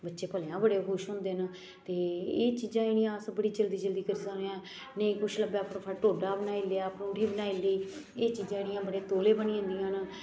बच्चे भलेआं बड़े खुश होंदे न ते एह् चीजां जेह्ड़ियां अस बड़ी बड़ी जल्दी करी सकने आं नेईं कुछ लब्भै फटोफट ढोडा बनाई लेआ परौंठी बनाई लेई एह् चीजां जेह्ड़ियां बड़ियां तौले बनी जंदियां न